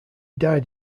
died